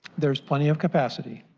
there's plenty of capacity.